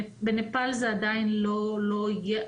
בנפאל זה עדיין לא הגיע,